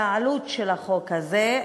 והעלות של החוק הזה,